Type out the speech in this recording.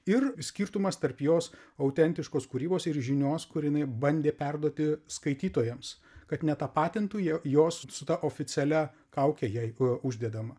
ir skirtumas tarp jos autentiškos kūrybos ir žinios kur jinai bandė perduoti skaitytojams kad netapatintų jie jos su ta oficialia kauke jai u uždedama